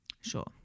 Sure